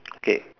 okay